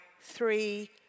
three